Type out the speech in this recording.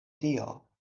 tio